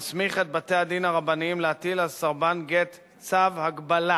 מסמיך את בתי-הדין הרבניים להטיל על סרבן גט צו הגבלה